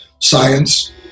science